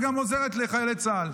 וגם עוזרת לחיילי צה"ל.